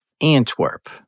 Antwerp